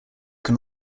can